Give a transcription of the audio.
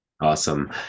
awesome